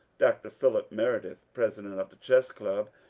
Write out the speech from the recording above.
dr. philip meredith, president of the chess club,